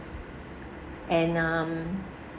and um